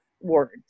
words